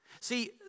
See